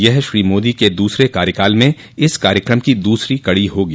यह श्री मोदी के दूसरे कार्यकाल में इस कार्यक्रम की दूसरी कड़ी होगी